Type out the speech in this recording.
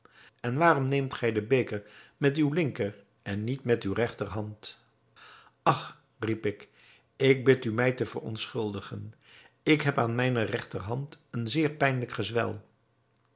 en waarom neemt gij den beker met uwe linker en niet met uwe regterhand ach riep ik ik bid u mij te verontschuldigen ik heb aan mijne regterhand een zeer pijnlijk gezwel